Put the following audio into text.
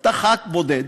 אתה חבר כנסת בודד,